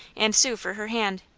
and sue for her hand.